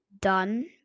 done